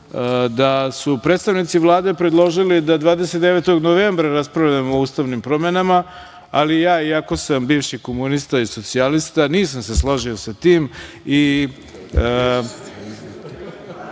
da su predstavnici Vlade predložili da 29. novembra raspravljamo o ustavnim promenama, ali ja, iako sam bivši komunista i socijalista, nisam se složio sa tim i